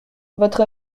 votre